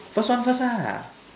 first one first ah